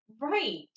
Right